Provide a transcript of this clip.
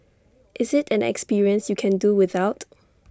is IT an experience you can do without